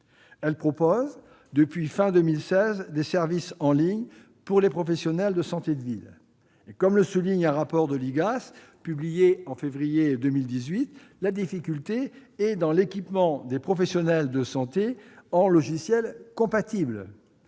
Elle propose, depuis la fin de 2016, des services en ligne pour les professionnels de santé de ville. Comme l'IGAS l'a souligné dans un rapport de février 2018, la difficulté tient à l'équipement des professionnels de santé en logiciels compatibles.